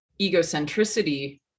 egocentricity